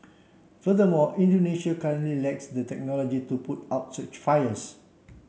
furthermore Indonesia currently lacks the technology to put out such fires